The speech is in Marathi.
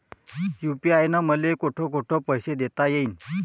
यू.पी.आय न मले कोठ कोठ पैसे देता येईन?